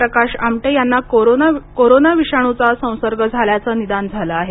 प्रकाश आमटे यांना कोरोना विषाणूचा संसर्ग झाल्याचे निदान झाले आहे